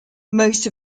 most